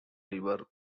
river